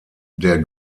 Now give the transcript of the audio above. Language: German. der